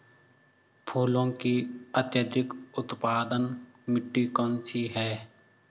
फूलों की अत्यधिक उत्पादन मिट्टी कौन सी है?